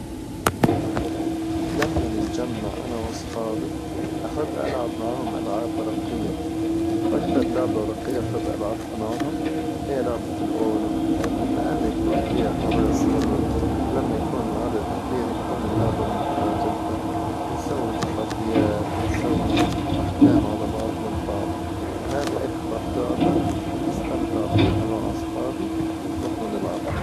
لما نتجمع أنا وأصحابي أحب ألعب معهم ألعاب ورقية، وأكثر لعبة ورقية أحب ألعبها معهم هي لعبة الأونو لأن يكون فيها حماس مرة، ولما يكون العدد كثير يكون اللعبة ممتعة جدا، ونسوي تحديات ونسوي أحكام على بعظنا البعظ، وهذه أكثر لعبة استمتع فيها مع أصحابي ونحن نلعبها.